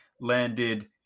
landed